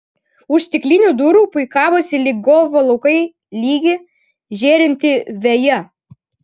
už stiklinių durų puikavosi lyg golfo laukai lygi žėrinti veja